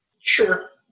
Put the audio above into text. Sure